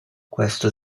questo